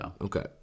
Okay